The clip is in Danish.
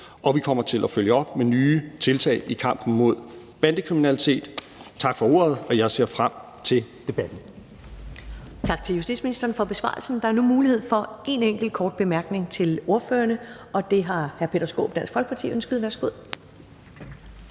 Vi kommer til at følge op med nye tiltag i kampen mod bandekriminalitet. Tak for ordet. Jeg ser frem til debatten. Kl. 10:11 Første næstformand (Karen Ellemann): Tak til justitsministeren for besvarelsen. Der er nu mulighed for en enkelt kort bemærkning fra ordførerne, og det har hr. Peter Skaarup, Dansk Folkeparti, ønsket. Værsgo.